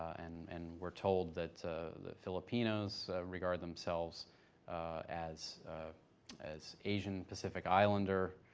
and and we are told that the filipinos regard themselves as as asian pacific islander,